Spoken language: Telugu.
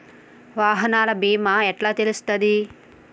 వాహనాల బీమా ఎట్ల తెలుస్తది?